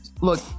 look